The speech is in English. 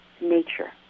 nature